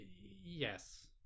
Yes